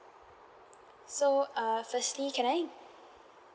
so uh firstly can I